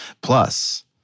Plus